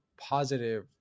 positive